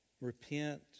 repent